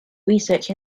research